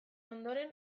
ondoren